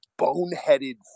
boneheaded